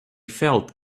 felt